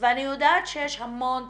ואני יודעת שיש המון תקציבים,